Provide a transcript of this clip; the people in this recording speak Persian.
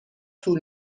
طول